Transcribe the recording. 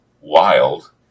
wild